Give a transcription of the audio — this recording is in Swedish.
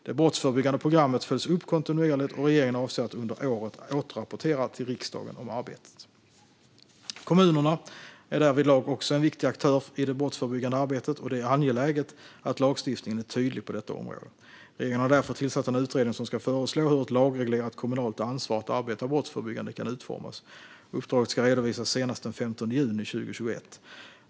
Det brottsförebyggande programmet följs upp kontinuerligt, och regeringen avser att under året återrapportera till riksdagen om arbetet. Kommunerna är därvidlag också en viktig aktör i det brottsförebyggande arbetet, och det är angeläget att lagstiftningen är tydlig på detta område. Regeringen har därför tillsatt en utredning som ska föreslå hur ett lagreglerat kommunalt ansvar att arbeta brottsförebyggande kan utformas. Uppdraget ska redovisas senast den 15 juni 2021.